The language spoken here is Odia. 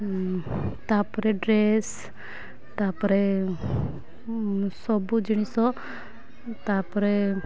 ତା'ପରେ ଡ୍ରେସ୍ ତା'ପରେ ସବୁ ଜିନିଷ ତା'ପରେ